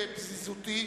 בפזיזותי,